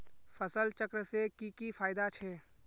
फसल चक्र से की की फायदा छे?